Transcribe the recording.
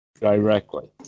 directly